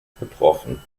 betroffen